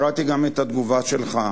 קראתי גם את התגובה שלך,